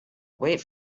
wait